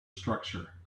structure